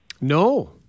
No